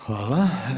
Hvala.